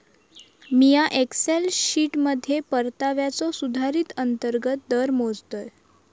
मिया एक्सेल शीटमध्ये परताव्याचो सुधारित अंतर्गत दर मोजतय